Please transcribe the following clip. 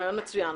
רעיון מצוין.